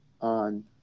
on